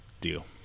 deal